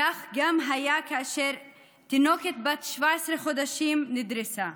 כך גם היה כאשר תינוקת בת 17 חודשים נדרסה.